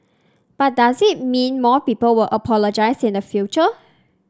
but does that mean more people will apologise in the future